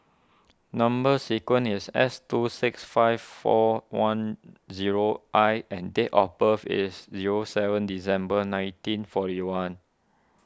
Number Sequence is S two six five four one zero I and date of birth is zero seven December nineteen forty one